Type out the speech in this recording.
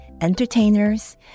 entertainers